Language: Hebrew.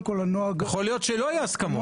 יכול להיות שלא יהיו הסכמות.